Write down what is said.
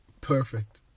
Perfect